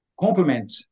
complement